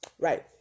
right